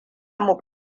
mu